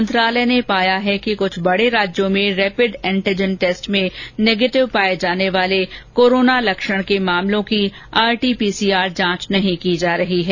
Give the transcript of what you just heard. मंत्रालय ने पाया है कि कुछ बड़े राज्यों में रेपिड एंटीजन टेस्ट में नेगेटिव पाये जाने वाले कोरोना लक्षण वाले मामलों की आरटी पीसीआर जांच नहीं की जा रही है